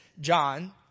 John